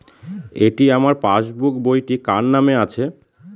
এটি আমার পাসবুক বইটি কার নামে আছে?